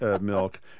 milk